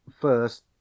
first